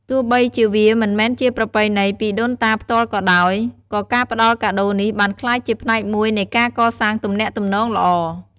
ទោះបីជាវាមិនមែនជាប្រពៃណីពីដូនតាផ្ទាល់ក៏ដោយ ក៏ការផ្តល់កាដូរនេះបានក្លាយជាផ្នែកមួយនៃការកសាងទំនាក់ទំនងល្អ។